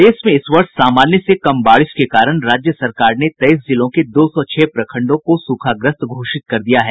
प्रदेश में इस वर्ष सामान्य से कम बारिश के कारण राज्य सरकार ने तेईस जिलों के दो सौ छह प्रखंडों को सूखाग्रस्त घोषित कर दिया है